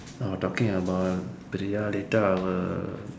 I was talking about Priya later I will